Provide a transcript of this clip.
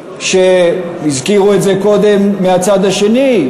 הזכירו את זה קודם מהצד השני,